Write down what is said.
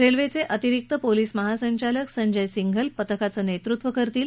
रेल्वेचे अतिरिक्त पोलिस महासंचालक संजय सिंघल या पथकाचं नेतृत्व करतील